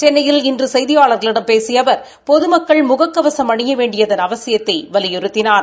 சென்னையில் இன்று செய்தியாளா்களிடம் பேசிய அவர் பொதுமக்கள் முக கவசம் அணிய வேண்டியதன் அவசியத்தை வலியுறுத்தினார்